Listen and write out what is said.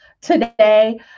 today